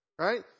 right